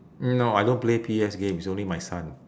mm no I don't play P_S games only my son